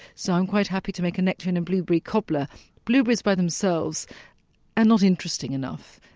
so i'm quite happy to make a nectarine and blueberry cobbler blueberries by themselves are not interesting enough.